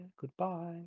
Goodbye